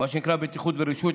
(בטיחות ורישוי),